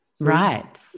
Right